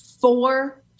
four